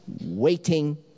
waiting